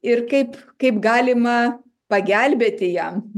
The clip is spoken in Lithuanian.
ir kaip kaip galima pagelbėti jam